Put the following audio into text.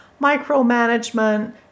micromanagement